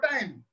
time